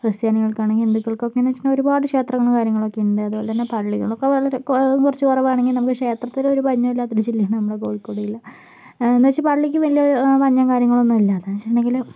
ക്രിസ്ത്യാനികൾക്ക് ആണെങ്കിലും ഹിന്ദുക്കൾക്ക് ഒക്കെ എന്ന് വച്ചിട്ടുണ്ടെങ്കിൽ ഒരുപാട് ക്ഷേത്രങ്ങളും കാര്യങ്ങളും ഒക്കെയുണ്ട് അതുപോലെതന്നെ പള്ളികളും ഒക്കെ വളര കുറച്ചു കുറവാണെങ്കിലും നമുക്ക് ക്ഷേത്രത്തിന് ഒരു പഞ്ഞവും ഇല്ലാത്ത ജില്ലയാണ് നമ്മുടെ കോഴിക്കോട് ജില്ല എന്നുവച്ച് പള്ളിക്കും വലിയ പഞ്ഞം കാര്യങ്ങൾ ഒന്നും ഇല്ല എന്ന് വെച്ചിട്ടുണ്ടെങ്കിൽ